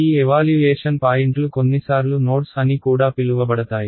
ఈ ఎవాల్యుయేషన్ పాయింట్లు కొన్నిసార్లు నోడ్స్ అని కూడా పిలువబడతాయి